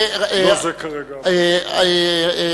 לא זה כרגע הנושא.